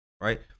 right